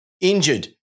Injured